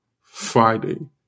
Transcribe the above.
Friday